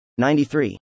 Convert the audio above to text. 93